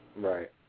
Right